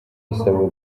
isabwa